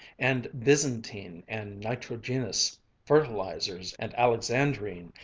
and byzantine, and nitrogenous fertilizers, and alexandrine,